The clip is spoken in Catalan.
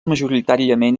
majoritàriament